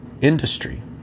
industry